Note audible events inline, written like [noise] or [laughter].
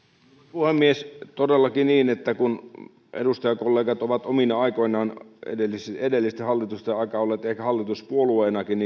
puhemies todellakin kun edustajakollegat ovat omina aikoinaan edellisten edellisten hallitusten aikaan olleet ehkä hallituspuolueenakin [unintelligible]